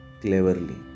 cleverly